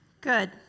Good